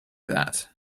that